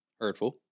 Hurtful